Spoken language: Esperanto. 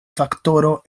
faktoro